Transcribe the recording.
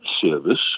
service